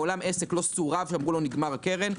מעולם עסק לא סורב, שאמרו לו: נגמר הקרן.